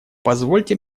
позвольте